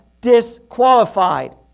disqualified